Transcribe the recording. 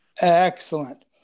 excellent